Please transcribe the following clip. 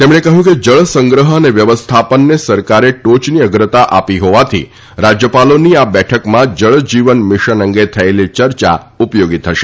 તેમણે કહ્યું કે જળ સંગ્રહ અને વ્યવસ્થાપનને સરકારે ટોચની અગ્રતા આપી હોવાથી રાજ્યપાલોની આ બેઠકમાં જળ જીવન મિશન અંગે થયેલી યર્યા ઉપયોગી થશે